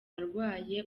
arwaye